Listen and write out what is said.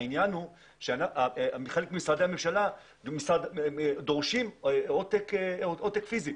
העניין הוא שחלק ממשרדי הממשלה דורשים עותק פיזי.